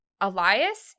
Elias